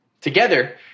Together